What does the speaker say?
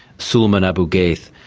sulaiman abu ghaith,